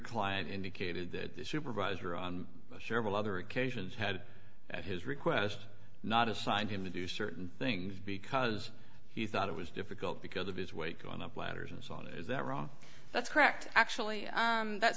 client indicated that this supervisor on several other occasions had at his request not assigned him to do certain things because he thought it was difficult because of his weight going up ladders and so on is that wrong that's correct actually that